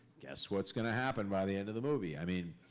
guess what's going to happen by the end of the movie? i mean,